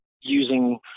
using